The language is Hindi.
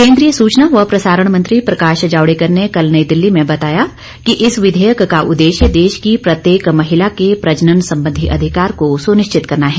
केन्द्रीय सूचना व प्रसारण मंत्री प्रकाश जावड़ेकर ने कल नई दिल्ली में बताया कि इस विधेयक का उद्देश्य देश की प्रत्येक महिला के प्रजनन संबंधी अधिकार को सुनिश्चित करना है